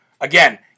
again